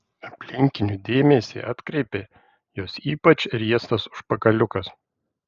aplinkinių dėmesį atkreipė jos ypač riestas užpakaliukas